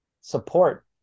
support